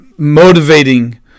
motivating